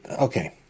okay